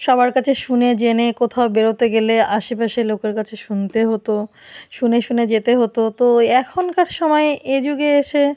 সবার কাছে শুনে জেনে কোথাও বেরোতে গেলে আশেপাশে লোকের কাছে শুনতে হতো শুনে শুনে যেতে হতো তো এখনকার সময়ে এ যুগে এসে